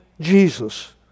Jesus